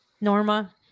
Norma